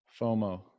FOMO